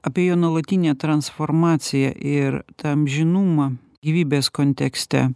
apie jo nuolatinę transformaciją ir tą amžinumą gyvybės kontekste